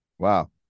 Wow